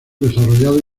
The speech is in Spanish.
desarrollado